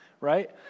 right